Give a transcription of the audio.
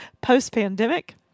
post-pandemic